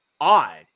odd